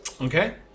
Okay